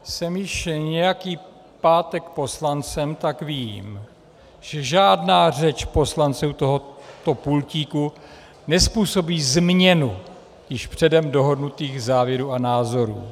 Jsem již nějaký pátek poslancem, tak vím, že žádná řeč poslance u tohoto pultíku nezpůsobí změnu již předem dohodnutých závěrů a názorů.